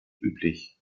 üblich